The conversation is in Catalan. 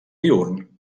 diürn